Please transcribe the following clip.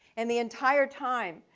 and the entire time,